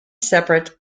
separate